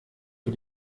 für